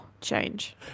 change